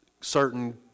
certain